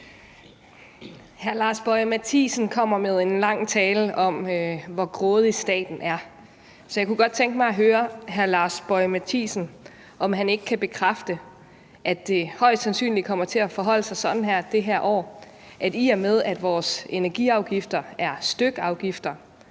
Hr. Lars Boje Mathiesen kommer med en lang tale om, hvor grådig staten er. Så jeg kunne godt tænke mig at høre hr. Lars Boje Mathiesen, om han ikke kan bekræfte, at det højst sandsynligt kommer til at forholde sig sådan det her år, at i og med at vores energiafgifter er stykafgifter